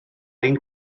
ein